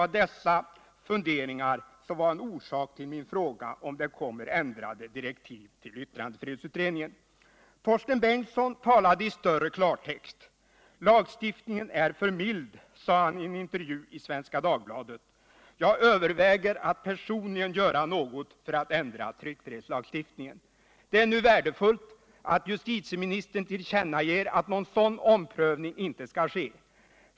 Dessa funderingar var orsaken till min fråga, om det kommer ändrade direktiv till yttrandefrihetsutredningen. Torsten Bengtson talade mer i klartext. ”Lagstiftningen är för mild”, sade han i en intervju i Svenska Dagbladet. ”Jag överväger att personligen göra något för att ändra tryckfrihetslagstiftningen.” Det är värdefullt att justitieministern nu tillkännager att någon sådan omprövning inte skall ske.